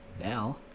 now